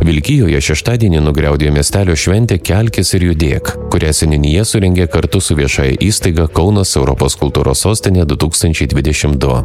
vilkijoje šeštadienį nugriaudėjo miestelio šventė kelkis ir judėk kurią seniūnija surengė kartu su viešąja įstaiga kaunas europos kultūros sostinė du tūkstančiai dvidešim du